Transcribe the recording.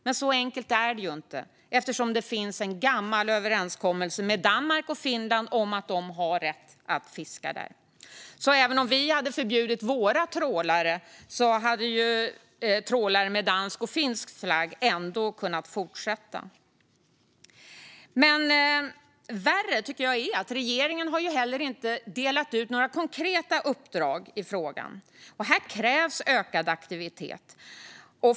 Men så enkelt är det inte eftersom det finns en gammal överenskommelse med Danmark och Finland om att de har rätt att fiska där. Även om vi hade förbjudit våra trålare hade trålare under dansk och finsk flagg ändå kunnat fortsätta. Men värre är att regeringen inte har delat ut några konkreta uppdrag i frågan. Här krävs ökad aktivitet.